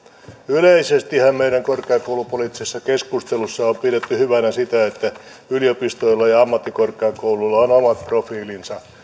yleisestihän meidän korkeakoulupoliittisessa keskustelussamme on pidetty hyvänä sitä että yliopistoilla ja ammattikorkeakouluilla on omat profiilinsa